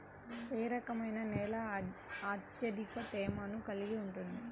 ఏ రకమైన నేల అత్యధిక తేమను కలిగి ఉంటుంది?